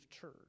church